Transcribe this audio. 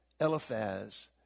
Eliphaz